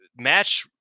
Match